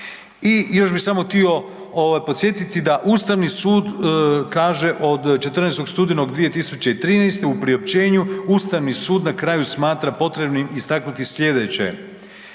I još bi samo tio ovaj podsjetiti da Ustavni sud kaže od 14. studenog 2013. u priopćenju Ustavni sud na kraju smatra potrebnim istaknuti slijedeći,